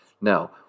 Now